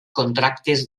contractes